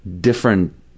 different